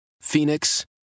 phoenix